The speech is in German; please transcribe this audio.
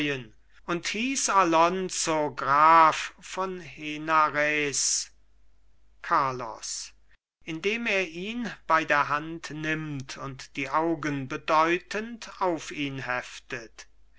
graf von henarez carlos indem er ihn bei der hand nimmt und die augen bedeutend auf ihn heftet